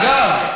אגב,